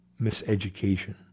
miseducation